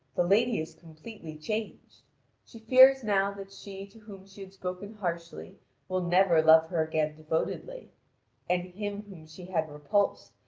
the lady is completely changed she fears now that she to whom she had spoken harshly will never love her again devotedly and him whom she had repulsed,